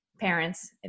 parents